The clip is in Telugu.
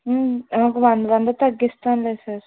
వంద వంద తగ్గిస్తానులే సర్